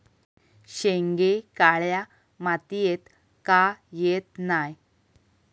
शेंगे काळ्या मातीयेत का येत नाय?